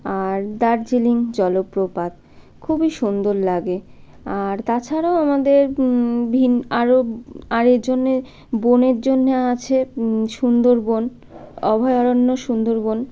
আর দার্জিলিং জলপ্রপাত খুবই সুন্দর লাগে আর তাছাড়াও আমাদের ভিন্ন আরও আর এর জন্য বনের জন্য আছে সুন্দরবন অভয়ারণ্য সুন্দরবন